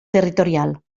territorial